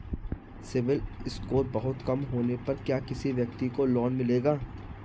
CIBIL score बहुत कम होने पर क्या किसी व्यक्ति को लोंन मिलेगा?